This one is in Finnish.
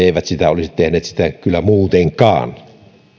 eivät olisi sitä tehneet muutenkaan